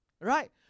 Right